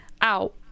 out